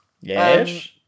Yes